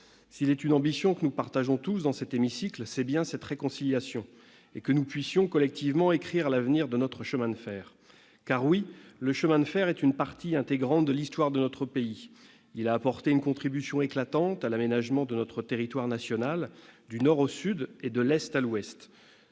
S'il est une ambition que nous partageons tous dans cet hémicycle, c'est bien de parvenir à cette réconciliation et de pouvoir, collectivement, écrire l'avenir de notre chemin de fer. Car, oui, le chemin de fer est une partie intégrante de l'histoire de notre pays ! Il a apporté une contribution éclatante à l'aménagement de notre territoire national, du nord au sud et de l'est à l'ouest.